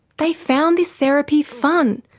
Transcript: they found this therapy fun,